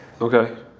Okay